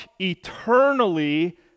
eternally